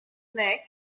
neck